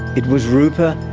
it was rupa,